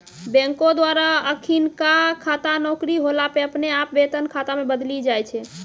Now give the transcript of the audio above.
बैंको द्वारा अखिनका खाता नौकरी होला पे अपने आप वेतन खाता मे बदली जाय छै